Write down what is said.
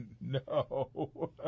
No